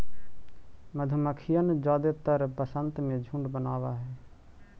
मधुमक्खियन जादेतर वसंत में झुंड बनाब हई